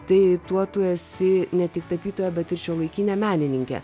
tai tuo tu esi ne tik tapytoja bet ir šiuolaikinė menininkė